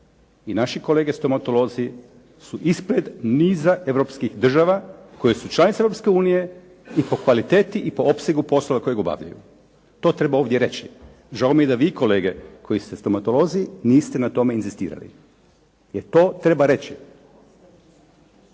i naši kolege stomatolozi su ispred niza europskih država koje su članice Europske unije i po kvaliteti i po opsegu poslova kojeg obavljaju. To treba ovdje reći. Žao mi je da vi kolege koji ste stomatolozi niste na tome inzistirali. Jer to treba reći.